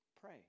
pray